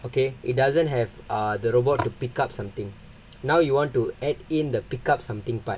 okay it doesn't have err the robot to pick up something now you want to add in the pick up something part